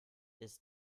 ist